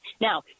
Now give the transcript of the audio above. Now